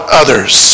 others